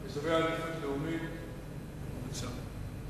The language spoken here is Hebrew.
אזורי עדיפות לאומית, בוצע.